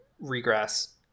regress